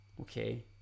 Okay